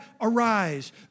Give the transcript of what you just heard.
arise